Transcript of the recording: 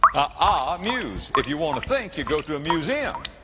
ah amuse. if you want to think, you go to a museum.